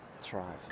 thrive